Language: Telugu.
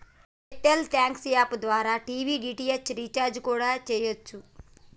ఎయిర్ టెల్ థ్యాంక్స్ యాప్ ద్వారా టీవీ డీ.టి.హెచ్ రీచార్జి కూడా చెయ్యచ్చు